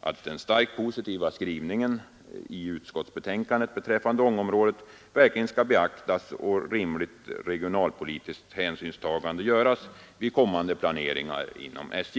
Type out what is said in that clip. att den starkt positiva skrivningen i utskottsbetänkandet beträffande Ångeområdet verkligen skall beaktas och att rimligt regionalpolitiskt hänsynstagande skall göras vid kommande planeringar inom SJ.